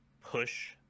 push